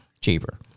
cheaper